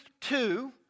two